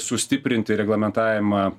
sustiprinti reglamentavimą